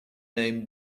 name